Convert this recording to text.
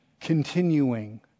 continuing